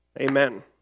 Amen